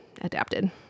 adapted